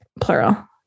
plural